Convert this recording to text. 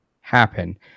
happen